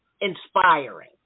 inspiring